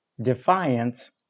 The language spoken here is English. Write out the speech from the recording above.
defiance